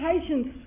patience